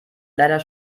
leider